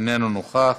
איננו נוכח,